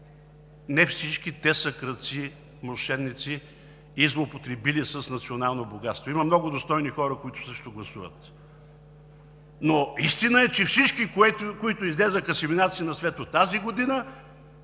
не всички те са крадци, мошеници, злоупотребили с национално богатство. Има много достойни хора, които също гласуват. Но истина е, че всички, които излязоха с имената си на светло тази година,